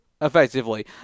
effectively